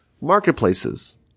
marketplaces